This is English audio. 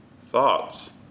thoughts